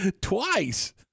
twice